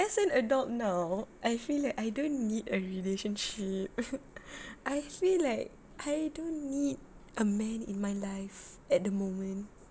as an adult now I feel that I don't need a relationship I feel like I don't need a man in my life at the moment